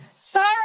Sorry